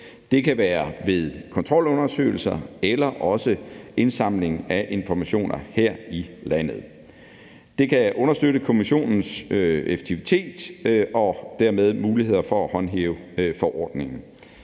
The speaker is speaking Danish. Det kan være ved kontrolundersøgelser eller også indsamling af informationer her i landet. Det kan understøtte Kommissionens effektivitet og dermed muligheder for at håndhæve forordningen.